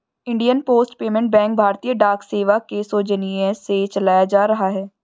Indian post payment bank भारतीय डाक सेवा के सौजन्य से चलाया जा रहा है